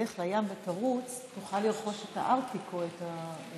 תלך לים ותרוץ תוכל לרכוש את הארטיק או את השתייה.